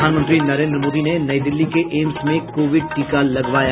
प्रधानमंत्री नरेन्द्र मोदी ने नई दिल्ली के एम्स में कोविड टीका लगवाया